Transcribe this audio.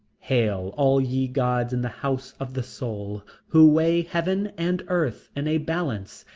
hail, all ye gods in the house of the soul, who weigh heaven and earth in a balance,